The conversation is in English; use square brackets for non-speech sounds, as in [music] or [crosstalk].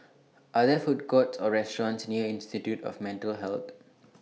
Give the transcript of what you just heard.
[noise] Are There Food Court Or restaurants near Institute of Mental Health